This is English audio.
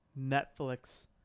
Netflix